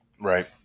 Right